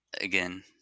Again